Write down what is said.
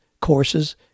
courses